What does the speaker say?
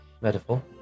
metaphor